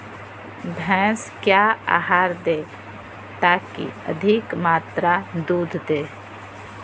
भैंस क्या आहार दे ताकि अधिक मात्रा दूध दे?